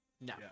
No